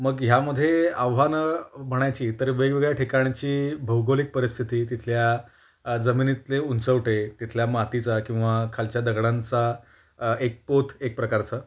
मग ह्यामध्ये आव्हानं म्हणायची तर वेगवेगळ्या ठिकाणची भौगोलिक परिस्थिती तिथल्या जमिनीतले उंचवटे तिथल्या मातीचा किंवा खालच्या दगडांचा एक पोत एक प्रकारचा